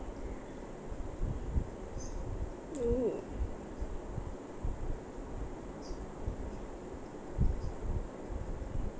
oh